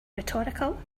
rhetorical